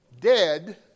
dead